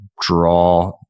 draw